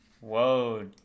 Whoa